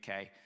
UK